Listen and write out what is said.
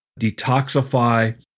detoxify